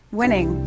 winning